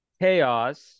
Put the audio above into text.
chaos